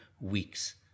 weeks